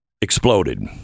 exploded